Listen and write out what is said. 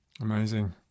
amazing